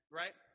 right